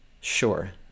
Sure